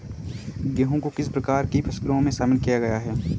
गेहूँ को किस प्रकार की फसलों में शामिल किया गया है?